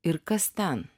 ir kas ten